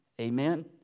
amen